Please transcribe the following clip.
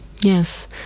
Yes